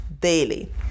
daily